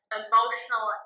emotional